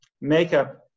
Makeup